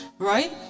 right